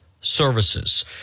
Services